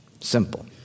simple